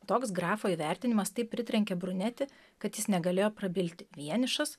toks grafo įvertinimas taip pritrenkė brunetį kad jis negalėjo prabilti vienišas